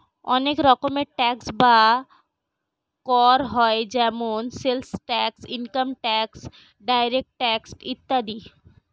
অনেক রকম ট্যাক্স বা কর হয় যেমন sales tax, income tax, direct tax ইত্যাদি